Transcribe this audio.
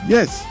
Yes